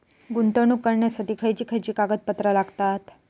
गुंतवणूक करण्यासाठी खयची खयची कागदपत्रा लागतात?